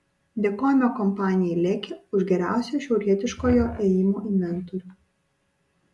dėkojame kompanijai leki už geriausią šiaurietiškojo ėjimo inventorių